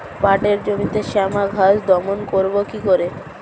পাটের জমিতে শ্যামা ঘাস দমন করবো কি করে?